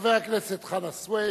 חבר הכנסת חנא סוייד.